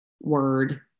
word